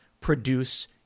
produce